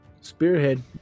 spearhead